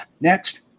next